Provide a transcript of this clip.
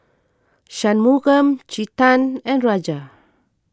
Shunmugam Chetan and Raja